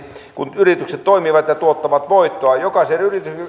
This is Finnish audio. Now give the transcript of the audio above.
kun yritykset toimivat ja tuottavat voittoa jokaisen yrityksen